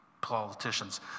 politicians